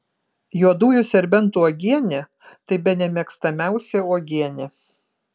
juodųjų serbentų uogienė tai bene mėgstamiausia uogienė